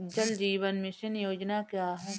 जल जीवन मिशन योजना क्या है?